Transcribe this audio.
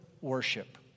worship